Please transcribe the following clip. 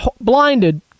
blinded